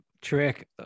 trick